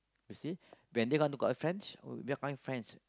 you see when they want to go out with friend we are going friends